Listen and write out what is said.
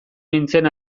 nintzen